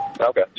Okay